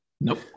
Nope